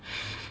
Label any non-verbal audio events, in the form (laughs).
(laughs)